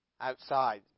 outside